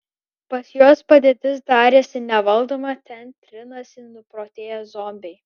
pas juos padėtis darėsi nevaldoma ten trinasi nuprotėję zombiai